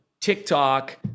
TikTok